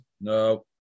No